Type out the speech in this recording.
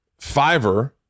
fiverr